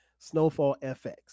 SnowfallFX